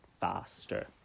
faster